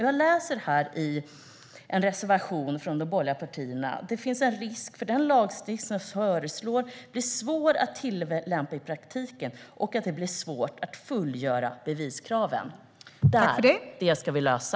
Jag läser ur en reservation från de borgerliga partierna: "Det finns en risk för att den lagstiftning som föreslås blir svår att tillämpa i praktiken och att det blir svårt att fullgöra beviskraven." Detta ska vi lösa.